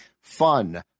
fun